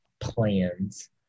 plans